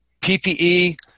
ppe